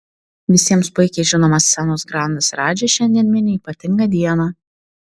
visiems puikiai žinomas scenos grandas radži šiandien mini ypatingą dieną